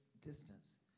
distance